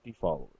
followers